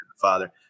Father